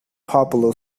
popular